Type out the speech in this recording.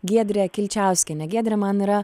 giedrę kilčiauskienę giedre man yra